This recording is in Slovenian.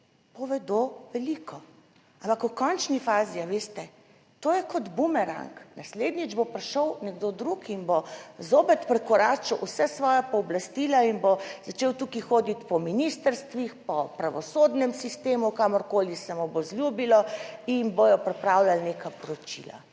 povedo veliko. Ampak v končni fazi, ali veste, to je kot bumerang, naslednjič bo prišel nekdo drug in bo zopet prekoračil vsa svoja pooblastila in bo začel tukaj hoditi po ministrstvih, po pravosodnem sistemu, kamorkoli se mu bo zljubilo in bodo pripravljali neka poročila,